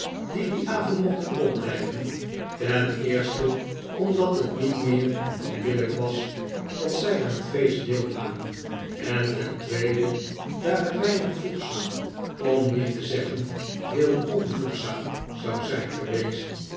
die dien avond mochten opblijven ten eerste omdat het niet meer dan billijk was dat zij aan het feest deelnamen en ten tweede daar het weinig voegzaam om niet te zeggen heel onvoegzaam zou zijn geweest